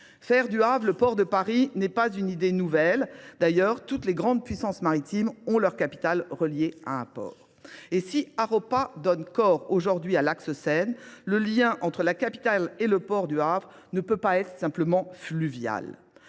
Faire du Havre, le port de Paris, n'est pas une idée nouvelle. D'ailleurs, toutes les grandes puissances maritimes ont leur capital relié à un port. Et si Aropa donne corps aujourd'hui à l'Axe Seine, le lien entre la capitale et le port du Havre ne peut pas être simplement fluvial.